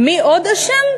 מי עוד אשם?